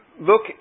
look